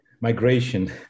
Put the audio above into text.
migration